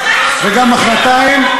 וגם מחרתיים,